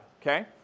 Okay